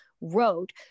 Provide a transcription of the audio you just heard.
wrote